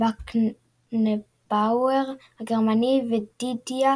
בקנבאואר הגרמני ודידייה